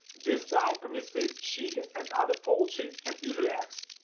this diet permits to eat chicken and other poultry and usually eggs.